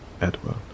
Edward